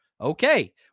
Okay